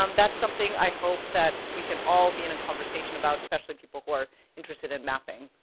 um that's something i hope that we can all be in a conversation about, especially people who are interested in mapping.